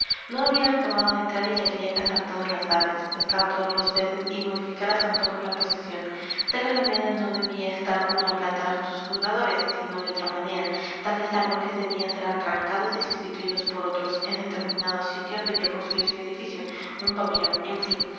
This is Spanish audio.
no había acabado de entrar y ya quería cazar todas las aves pescar todos los peces y modificar a su antojo la posesión tal alameda no debía estar como la plantaron sus fundadores sino de otra manera tales árboles debían ser arrancados y sustituidos por otros en determinado sitio debía construirse un edificio un pabellón en fin